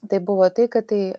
tai buvo tai kad tai